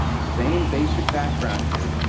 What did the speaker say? same basic background here,